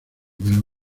pero